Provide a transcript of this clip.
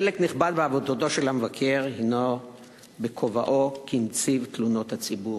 חלק נכבד מעבודתו של המבקר הינו בכובעו כנציב תלונות הציבור.